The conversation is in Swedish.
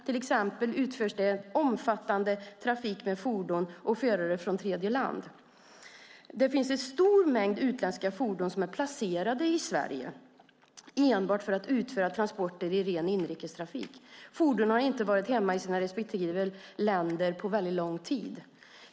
Till exempel utförs det omfattande trafik med fordon och förare från tredje land. Det finns en stor mängd utländska fordon som är placerade i Sverige enbart för att utföra transporter i ren inrikestrafik. Fordon har inte varit hemma i sina respektive länder på lång tid.